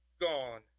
gone